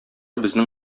безнең